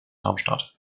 darmstadt